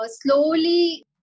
slowly